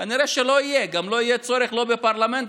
כנראה שגם לא יהיה צורך בפרלמנט,